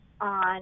on